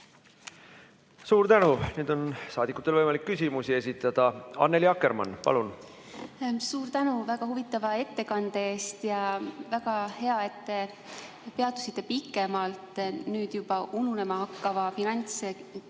Suur tänu! Nüüd on saadikutel võimalik küsimusi esitada. Annely Akkermann, palun! Suur tänu väga huvitava ettekande eest! Väga hea, et te peatusite pikemalt nüüd juba ununema hakkaval koroonakriisi